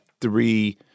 three